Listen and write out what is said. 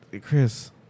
Chris